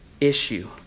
issue